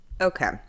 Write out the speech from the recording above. Okay